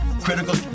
Critical